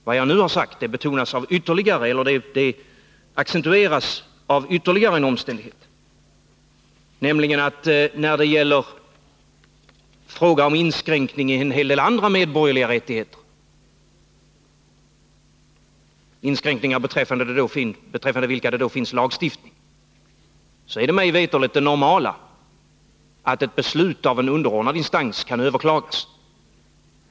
Vad jag nu har sagt accentueras av ytterligare en omständighet, nämligen att när det gäller frågan om inskränkning i en hel del andra medborgerliga rättigheter — inskränkningar beträffande vilka det då finns lagstiftning — är mig veterligt det normala att ett beslut av en underordnad instans kan överklagas.